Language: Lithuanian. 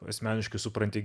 asmeniškai supranti